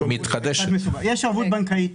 בנקאית.